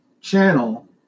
channel